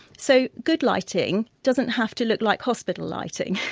so, good lighting doesn't have to look like hospital lighting,